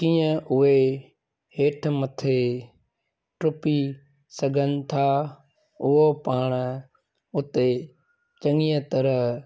कीअं उहे हेठि मथे टुपी सघनि था उहो पाण उते चङीअ तरह